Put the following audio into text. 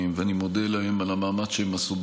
ואני מודה להם על המאמץ שהם עשו,